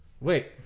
Wait